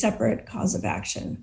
separate cause of action